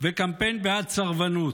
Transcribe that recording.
וקמפיין בעד סרבנות,